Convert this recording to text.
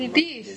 it is